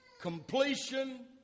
completion